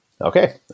Okay